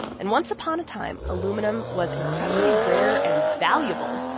and once upon a time, aluminum was incredibly rare and valuable,